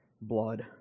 blood